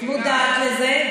מודעת לזה,